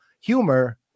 humor